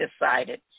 decided